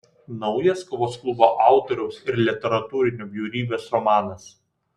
naujas kovos klubo autoriaus ir literatūrinio bjaurybės romanas